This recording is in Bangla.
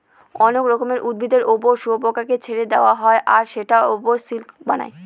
অনেক রকমের উদ্ভিদের ওপর শুয়োপোকাকে ছেড়ে দেওয়া হয় আর সেটার ওপর সিল্ক বানায়